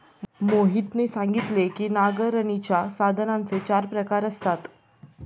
मोहितने सांगितले की नांगरणीच्या साधनांचे चार प्रकार असतात